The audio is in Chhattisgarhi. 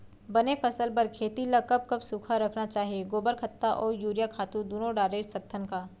बने फसल बर खेती ल कब कब सूखा रखना चाही, गोबर खत्ता और यूरिया खातू दूनो डारे सकथन का?